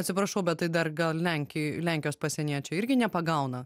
atsiprašau bet tai dar gal lenkijoj lenkijos pasieniečiai irgi nepagauna